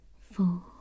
four